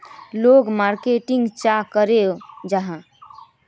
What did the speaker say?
लोग मार्केटिंग चाँ करो जाहा?